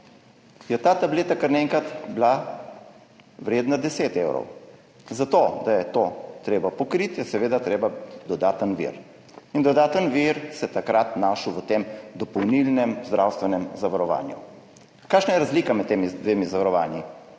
je ta tableta kar naenkrat vredna 10 evrov. Zato ker je to treba pokriti, je seveda potreben dodaten vir. Dodaten vir se je takrat našel v tem dopolnilnem zdravstvenem zavarovanju. Kakšna je razlika med tema dvema zavarovanjema?